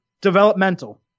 developmental